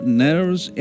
nerves